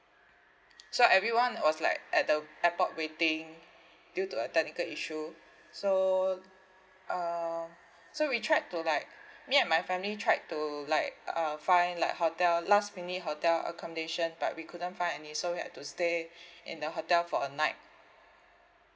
so everyone was like at the airport waiting due to a technical issue so um so we tried to like me and my family tried to like uh find like hotel last minute hotel accommodation but we couldn't find any so we had to stay in the hotel for a night